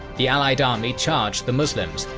the allied army charged the muslims,